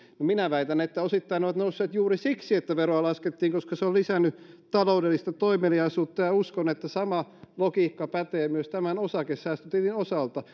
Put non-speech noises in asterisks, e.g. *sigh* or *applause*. minä väitän että osittain ne ovat nousseet juuri siksi että veroa laskettiin koska se on lisännyt taloudellista toimeliaisuutta uskon että sama logiikka pätee myös tämän osakesäästötilin osalta *unintelligible*